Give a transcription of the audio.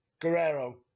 Guerrero